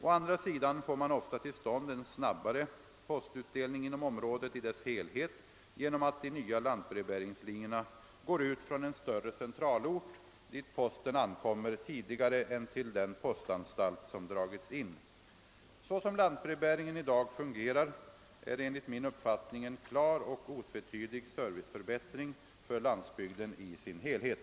Å andra sidan får man ofta till stånd en snabbare postutdelning inom området i dess helhet genom att de nya lantbrevbäringslinjerna går ut från en större centralort, dit posten ankommer tidigare än till den postanstalt som dragits in. Såsom lantbrevbäringen i dag fungerar innebär den enligt min uppfattning en klar och otvetydig serviceförbättring för landsbygden i sin helhet.